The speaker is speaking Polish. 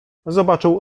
zobaczył